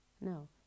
No